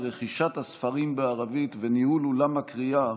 רכישת הספרים בערבית וניהול אולם הקריאה,